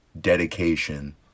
dedication